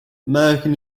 american